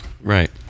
Right